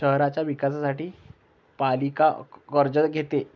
शहराच्या विकासासाठी पालिका कर्ज घेते